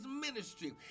ministry